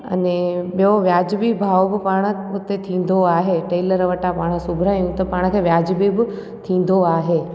अने ॿियो वाजिबी भाव पाण हुते थींदो आहे टेलर वटा माण्हू सिबारायूं त पाण जे वाजिबी बि थींदो आहे